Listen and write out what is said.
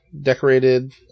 decorated